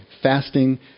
fasting